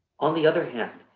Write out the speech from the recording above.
on the other hand,